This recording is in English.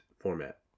format